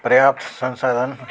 प्रयाप्त संसाधनु